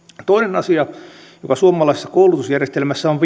toinen asia joka suomalaisessa koulutusjärjestelmässä on